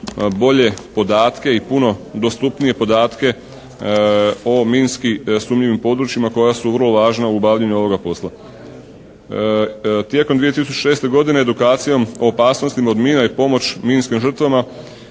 bolje podatke i puno dostupnije podatke o minski sumnjivim područjima koja su vrlo važna u obavljanju ovoga posla. Tijekom 2006. godine edukacijom o opasnostima od mina i pomoć minskim žrtvama